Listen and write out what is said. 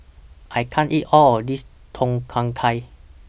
I can't eat All of This Tom Kha Gai